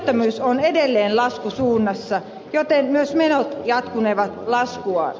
työttömyys on edelleen laskusuunnassa joten myös menot jatkanevat laskuaan